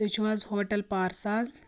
تُہۍ چھُ حظ ہوٹَل پارساز